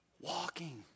Walking